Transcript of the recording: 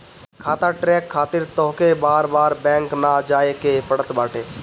खाता ट्रैक खातिर तोहके बार बार बैंक ना जाए के पड़त बाटे